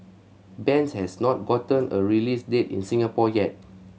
bends has not gotten a release date in Singapore yet